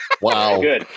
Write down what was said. Wow